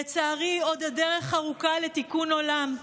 לצערי, עוד הדרך ארוכה לתיקון עולם,